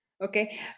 Okay